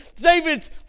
David's